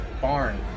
barn